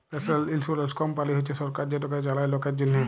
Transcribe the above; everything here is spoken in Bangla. ল্যাশলাল ইলসুরেলস কমপালি হছে সরকার যেটকে চালায় লকের জ্যনহে